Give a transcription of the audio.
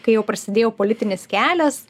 kai jau prasidėjo politinis kelias